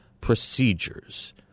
procedures